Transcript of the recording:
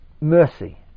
mercy